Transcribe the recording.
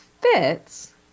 fits